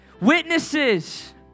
witnesses